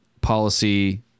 policy